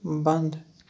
بنٛد